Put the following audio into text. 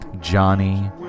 Johnny